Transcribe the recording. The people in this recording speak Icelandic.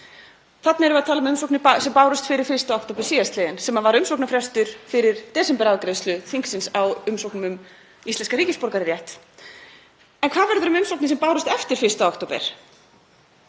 Þarna erum við að tala um umsóknir sem bárust fyrir 1. október síðastliðinn, sem var umsóknarfrestur fyrir desemberafgreiðslu þingsins á umsóknum um íslenskan ríkisborgararétt. En hvað verður um umsóknir sem bárust eftir 1. október?